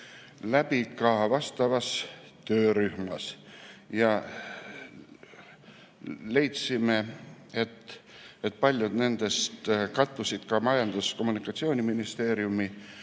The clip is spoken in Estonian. läbi ka vastavas töörühmas ja leidsime, et paljud nendest kattusid Majandus- ja Kommunikatsiooniministeeriumi